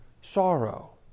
sorrow